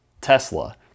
tesla